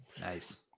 nice